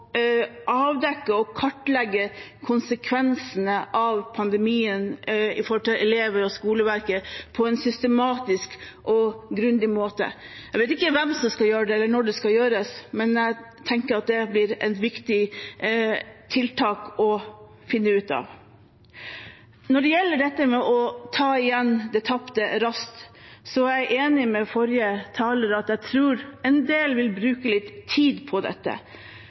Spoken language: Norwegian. avdekke og kartlegge konsekvensene av pandemien med tanke på elever og skoleverket, på en systematisk og grundig måte. Jeg vet ikke hvem som skal gjøre det, eller når det skal gjøres, men jeg tenker at det blir et viktig tiltak å finne ut av. Når det gjelder dette med å ta igjen det tapte raskt, er jeg enig med forrige taler i at jeg tror en del vil bruke litt tid på dette.